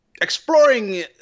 exploring